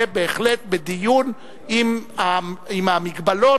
רבותי, למה לערב עכשיו את המשפחות?